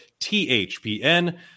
THPN